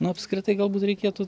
nu apskritai galbūt reikėtų